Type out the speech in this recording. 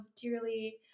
dearly